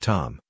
Tom